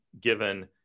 given